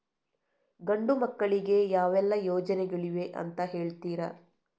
ಗಂಡು ಮಕ್ಕಳಿಗೆ ಯಾವೆಲ್ಲಾ ಯೋಜನೆಗಳಿವೆ ಅಂತ ಹೇಳ್ತೀರಾ?